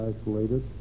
isolated